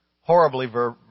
horribly